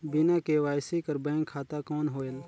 बिना के.वाई.सी कर बैंक खाता कौन होएल?